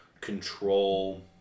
control